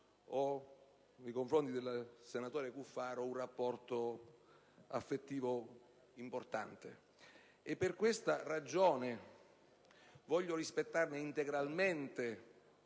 con il senatore Cuffaro hanno un rapporto affettivo importante. Per questa ragione voglio rispettarne integralmente